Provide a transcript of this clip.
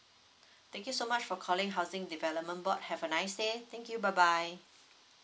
thank you so much for calling housing development board have a nice day thank you bye bye